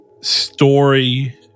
story